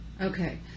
Okay